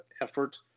effort